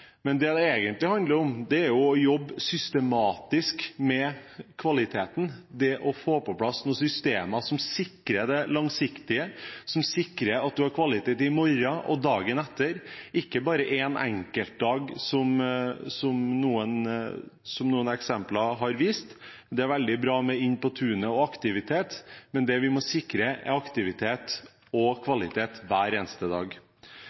Men det det egentlig handler om, er å jobbe systematisk med kvaliteten, det å få på plass noen systemer som sikrer det langsiktige, som sikrer at man har kvalitet i morgen og dagen etter og ikke bare en enkelt dag, som noen eksempler har vist. Det er veldig bra med Inn på tunet og aktivitet, men det vi må sikre, er aktivitet og kvalitet hver eneste dag.